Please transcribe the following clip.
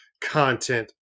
Content